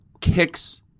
kicks